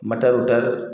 मटर ऊटर